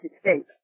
States